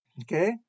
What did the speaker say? okay